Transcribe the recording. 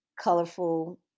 colorful